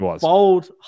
bold